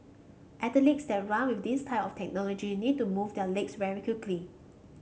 athletes that run with this type of technology need to move their legs very quickly